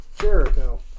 Jericho